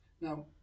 Now